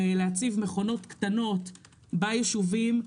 להציב מכונות קטנות ביישובים,